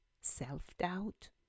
self-doubt